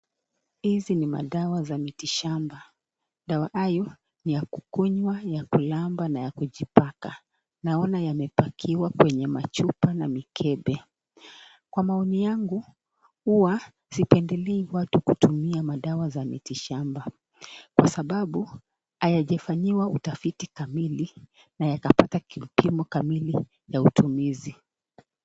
Hizi ni madawa za miti shamba, madawa hayo ni ya kukunywa, ya kulamba na ya kujipaka, naona yamepakiwa kwenye machupa na mikebe. Kwa maoni yangu huwa sipendelei watu kutumia dawa za miti shamba kwasababu hayajafanyiwa utafiti kamili, na hayajapata kipimo kamali la utumizi.